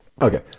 Okay